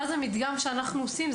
ואז המדגם שאנחנו עושים,